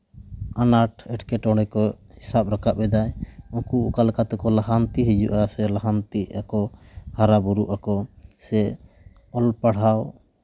ᱟᱱᱟᱴ ᱮᱸᱴᱠᱮᱴᱚᱬᱮ ᱠᱚ ᱥᱟᱵ ᱨᱟᱠᱟᱵ ᱮᱫᱟᱭ ᱩᱱᱠᱩ ᱚᱠᱟ ᱞᱮᱠᱟ ᱛᱮᱠᱚ ᱞᱟᱦᱟᱱᱛᱤ ᱦᱤᱡᱩᱜᱼᱟ ᱥᱮ ᱞᱟᱦᱟᱱᱛᱤᱜ ᱟᱠᱚ ᱦᱟᱨᱟᱼᱵᱩᱨᱩᱜ ᱟᱠᱚ ᱥᱮ ᱚᱞ ᱯᱟᱲᱦᱟᱣ